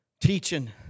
teaching